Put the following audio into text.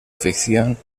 ficción